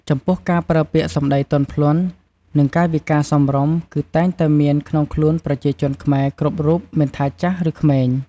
ចំពោះការប្រើពាក្យសម្ដីទន់ភ្លន់ និងកាយវិការសមរម្យ គឺតែងតែមានក្នុងខ្លួនប្រជាជនខ្មែរគ្រប់រូបមិនថាចាស់ឬក្មេង។